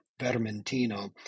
Vermentino